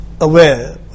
aware